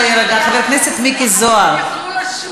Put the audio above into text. נא להירגע.